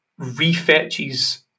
refetches